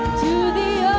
to the